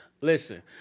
Listen